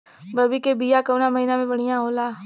रबी के बिया कवना महीना मे बढ़ियां होला?